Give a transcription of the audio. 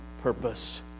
purpose